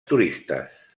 turistes